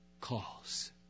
calls